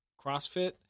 CrossFit